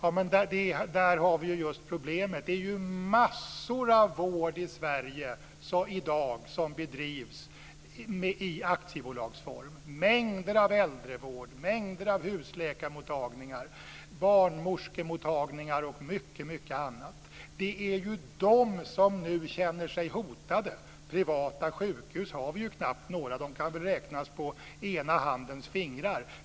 Just där har vi problemet. Massor av vård i Sverige i dag bedrivs i aktiebolagsform, mängder av äldrevård, mängder av husläkarmottagningar, barnmorskemottagningar och mycket annat. Det är de som nu känner sig hotade. Privata sjukhus har vi knappt några. De kan räknas på ena handens fingrar.